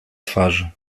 twarzy